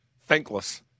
thankless